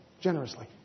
generously